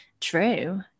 true